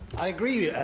i agree,